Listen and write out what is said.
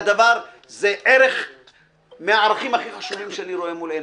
שזה מהערכים הכי חשובים שאני רואה מול עיניי,